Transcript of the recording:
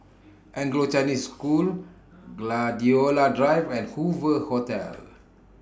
Anglo Chinese School Gladiola Drive and Hoover Hotel